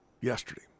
yesterday